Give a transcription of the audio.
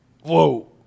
Whoa